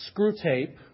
Screwtape